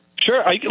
sure